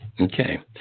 Okay